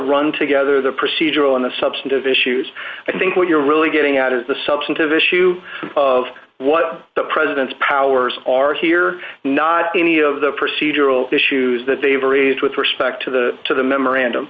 run together the procedural and the substantive issues i think what you're really getting at is the substantive issue of what the president's powers are here not any of the procedural issues that they've raised with respect to the to the memorandum